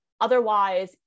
otherwise